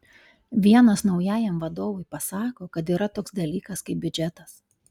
vienas naujajam vadovui pasako kad yra toks dalykas kaip biudžetas